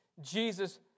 Jesus